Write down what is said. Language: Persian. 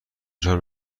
دچار